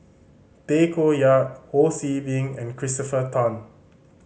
Tay Koh Yat Ho See Beng and Christopher Tan